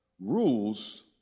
rules